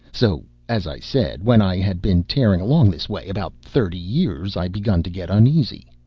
so, as i said, when i had been tearing along this way about thirty years i begun to get uneasy.